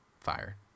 fire